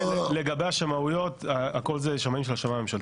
לגבי השמאויות, הכול זה שמאים של השמאי הממשלתי.